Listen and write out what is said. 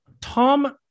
Tom